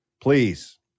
please